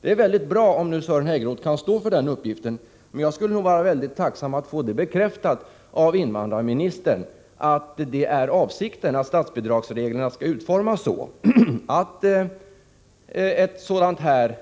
Det är bra om Sören Häggroth kan stå för den uppgiften, men jag skulle nog vara väldigt tacksam för att få bekräftat av invandrarministern att det är avsikten att statsbidragsreglerna skall utformas så, att den